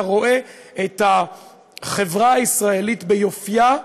אתה רואה את החברה הישראלית ביופייה,